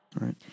Right